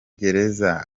gereza